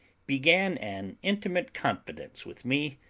began an intimate confidence with me,